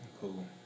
Cool